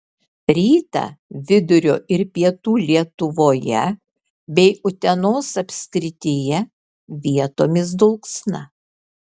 rytą vidurio ir pietų lietuvoje bei utenos apskrityje vietomis dulksna